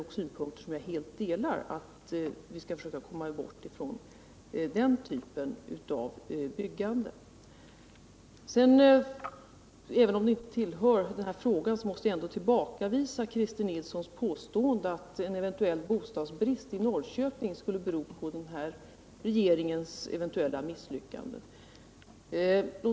Jag delar helt åsikten att vi skall försöka komma bort från den här aktuella typen av byggande. Även om det inte tillhör denna fråga, måste jag ändå tillbakavisa Christer Nilssons påstående att en bostadsbrist i Norrköping skulle bero på den nuvarande regeringens eventuella misslyckande.